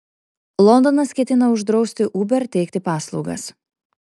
londonas ketina uždrausti uber teikti paslaugas